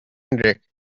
drake